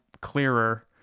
clearer